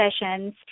sessions